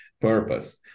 purpose